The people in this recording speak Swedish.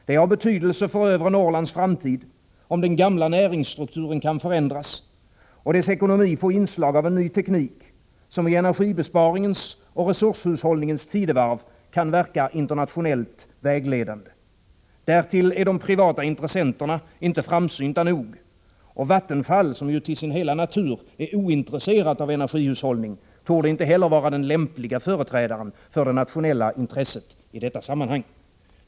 Det är av betydelse för övre Norrlands framtid om den gamla näringsstrukturen kan förändras och dess ekonomi få inslag av en ny teknik, som i energibesparingens och resurshushållningens tidevarv kan verka internationellt vägledande. Därtill är de privata intressenterna inte framsynta nog. Och Vattenfall, som ju till sin hela natur är ointresserat av energihushållning, torde inte heller vara den lämpliga företrädaren för det nationella intresset i detta sammanhang.